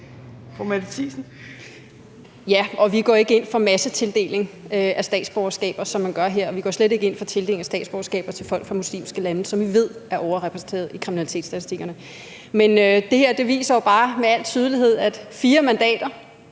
Ja, og vi går ikke ind for massetildeling af statsborgerskaber, som man gør her, og vi går slet ikke ind for tildeling af statsborgerskaber til folk fra muslimske lande, som vi ved er overrepræsenteret i kriminalitetsstatistikkerne. Men det her viser jo bare med al tydelighed, at fire mandater